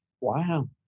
Wow